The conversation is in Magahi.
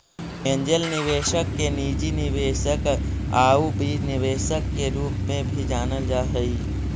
एंजेल निवेशक के निजी निवेशक आउ बीज निवेशक के रूप में भी जानल जा हइ